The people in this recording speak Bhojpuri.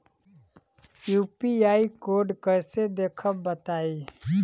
यू.पी.आई कोड कैसे देखब बताई?